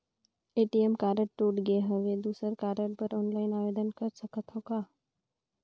ATM card टूट गे हववं दुसर कारड बर ऑनलाइन आवेदन कर सकथव का?